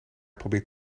probeert